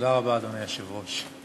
תודה רבה, אדוני היושב-ראש.